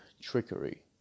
trickery